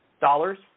dollars